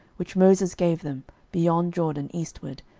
which moses gave them, beyond jordan eastward,